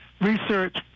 research